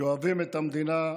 שאוהבים את המדינה,